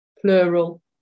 plural